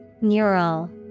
Neural